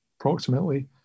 approximately